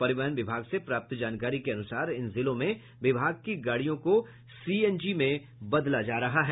परिवहन विभाग से प्राप्त जानकारी के अनुसार इन जिलों में विभाग की गाड़ियों को सीएनजी में बदला जा रहा है